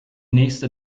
nächste